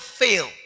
fail